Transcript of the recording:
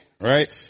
Right